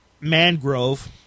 Mangrove